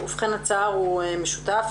הצער הוא משותף.